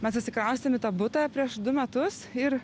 mes atsikraustėm į tą butą prieš du metus ir